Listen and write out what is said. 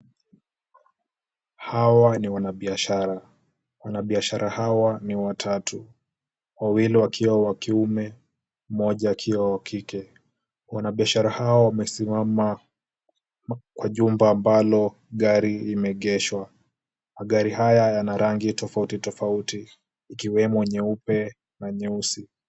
Hawa ni wanabiashara. Wanabiashara hawa ni watatu, wawili wakiwa wa kiume, mmoja akiwa wa kike. Wanabiashara hawa wamesimama kwa jumba ambalo gari imeegeshwa. Magari haya yana rangi tofauti tofauti ikiwemo nyeupe na nyeusi.